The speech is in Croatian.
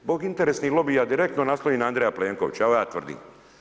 Zbog interesnih lobija, direktno naslonjen na Andreja Plenkovića, evo ja tvrdim.